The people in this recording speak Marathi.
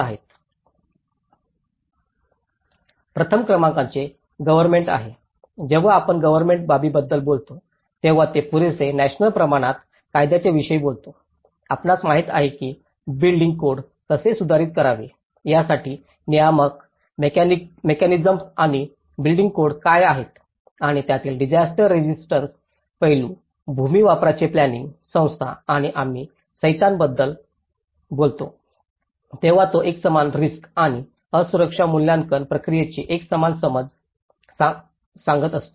प्रथम क्रमांकाचे गव्हर्नमेंट आहे जेव्हा आपण गव्हर्नमेंट बाबीबद्दल बोलतो तेव्हा ते पुरेसे नॅशनल प्रमाणात कायद्यां विषयी बोलते आपणास माहित आहे की बिल्डिंग कोड कसे सुधारित करावे यासाठी नियामक मेकॅनिसम्स आणि बिल्डिंग कोड काय आहेत आणि त्यातील डिसास्टर रेसिस्टन्ट पैलू भूमी वापराचे प्लांनिंग संस्था आणि आम्ही संहितांबद्दल बोलतो तेव्हाच तो एकसमान रिस्क आणि असुरक्षा मूल्यांकन प्रक्रियेची एकसमान समज सांगत असतो